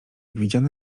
widziane